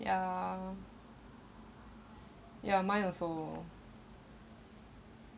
ya ya ya mine also